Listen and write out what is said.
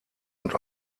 und